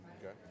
Okay